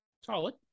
solid